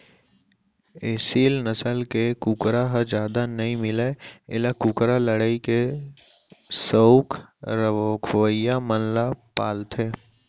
एसील नसल के कुकरा ह जादा नइ मिलय एला कुकरा लड़ई के सउख रखवइया मन पालथें